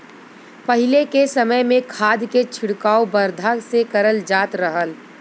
पहिले के समय में खाद के छिड़काव बरधा से करल जात रहल